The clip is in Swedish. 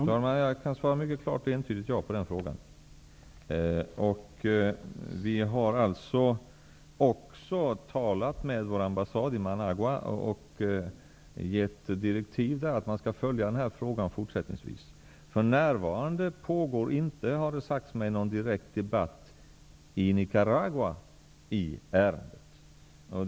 Herr talman! Jag kan svara ett mycket klart och entydigt ''ja'' på den frågan. Vi har också talat med vår ambassad i Managua och gett direktiv om att man där fortsättningsvis skall följa den här frågan. Det har sagts mig att det för närvarande inte pågår någon direkt debatt i Nicaragua i ärendet.